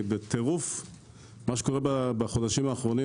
מה שקורה בחודשים האחרונים,